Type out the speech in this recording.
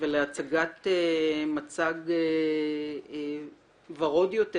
ולהצגת מצג ורוד יותר,